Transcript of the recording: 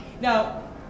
Now